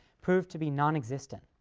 proved to be nonexistent.